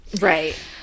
Right